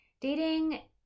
dating